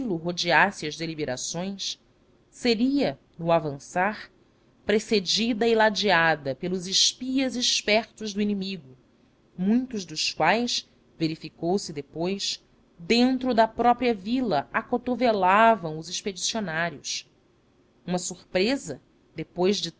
rodeasse as deliberações seria no avançar precedida e ladeada pelos espias espertos do inimigo muitos dos quais verificou-se depois dentro da própria vila acotovelavam os expedicionários uma surpresa depois de